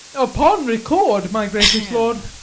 upon record, my gracious lord.